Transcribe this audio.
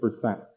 percent